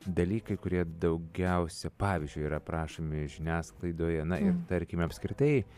dalykai kurie daugiausia pavyzdžiui yra aprašomi žiniasklaidoje na ir tarkime apskritai